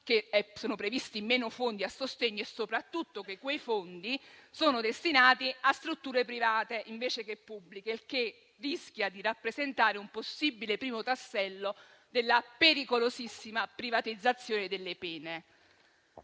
che sono previsti meno fondi a sostegno e soprattutto che quei fondi sono destinati a strutture private invece che pubbliche: il che rischia di rappresentare un possibile primo tassello della pericolosissima privatizzazione delle pene.